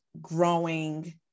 growing